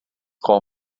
call